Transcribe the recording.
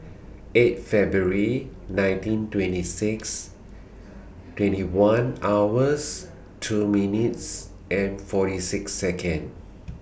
eight February nineteen twenty six twenty one hours two minutes forty six Second